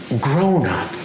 grown-up